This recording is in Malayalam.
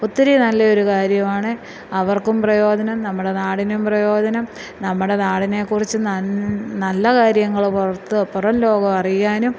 ഒത്തിരി നല്ല ഒരു കാര്യമാണ് അവർക്കും പ്രയോജനം നമ്മുടെ നാടിനും പ്രയോജനം നമ്മുടെ നാടിനെ കുറിച്ച് നല്ല കാര്യങ്ങളൊക്കെ പുറത്ത് പുറംലോകം അറിയാനും